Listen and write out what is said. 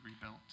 rebuilt